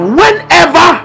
whenever